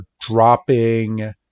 dropping